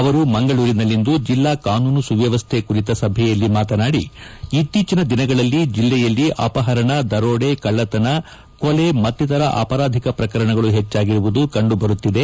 ಅವರು ಮಂಗಳೂರಿನಲ್ಲಿಂದು ಜಿಲ್ಲಾ ಕಾನೂನು ಸುವ್ನಮ್ನೆ ಕುರಿತ ಸಭೆಯಲ್ಲಿ ಮಾತನಾಡಿ ಇತ್ತೀಚಿನ ದಿನಗಳಲ್ಲಿ ಜಿಲ್ಲೆಯಲ್ಲಿ ಅಪಹರಣ ದರೋಡೆ ಕಳ್ಳತನ ಕೊಲೆ ಮತ್ತಿತರ ಅಪರಾಧಿಕ ಪ್ರಕರಣಗಳು ಹೆಚ್ಚಾಗಿರುವುದು ಕಂಡುಬರುತ್ತಿದೆ